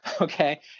okay